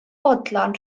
fodlon